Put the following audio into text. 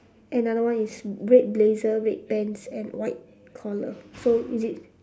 another one is red blazer red pants and white collar so is it